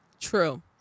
True